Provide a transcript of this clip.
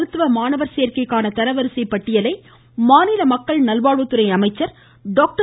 மருத்துவ மாணவர் சேர்க்கைக்கான தரவரிசைப் பட்டியலை மாநில மக்கள் நல்வாழ்வுத்துறை அமைச்சர் டாக்டர்